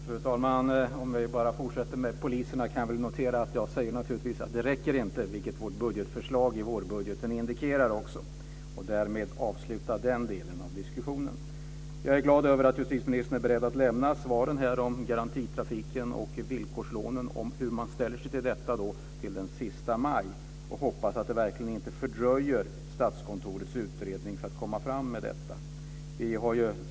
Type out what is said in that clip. Fru talman! Om vi fortsätter att tala om poliserna, kan jag notera att de naturligtvis inte räcker - vilket vårt budgetförslag ger en indikation om. Därmed kan vi avsluta den delen av diskussionen. Jag är glad över att justitieministern är beredd att lämna svar på hur man ställer sig till garantitrafiken och villkorslånen till den sista maj, och vi får hoppas att detta inte fördröjer Statskontorets utredning.